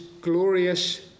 glorious